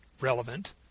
relevant